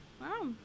Wow